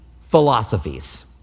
philosophies